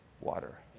water